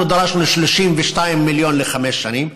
אנחנו דרשנו 32 מיליארד לחמש שנים.